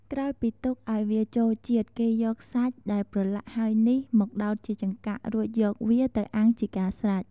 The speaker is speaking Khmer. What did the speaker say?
ក្រោយពីទុកឱ្យវាចូលជាតិ គេយកសាច់ដែលប្រឡាក់ហើយនេះ មកដោតជាចង្កាក់ រួចយកវាទៅអាំងជាការស្រេច។